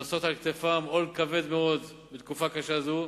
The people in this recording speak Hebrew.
שנושאות על כתפן עול כבד מאוד בתקופה קשה זו,